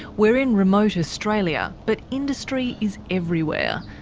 we're in remote australia but industry is everywhere.